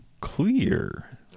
clear